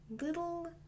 little